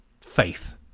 Faith